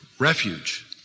Refuge